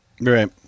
Right